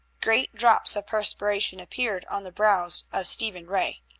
great drops of perspiration appeared on the brows of stephen ray.